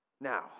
Now